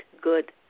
good